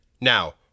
Now